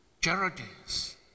charities